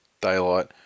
Daylight